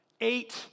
eight